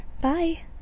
Bye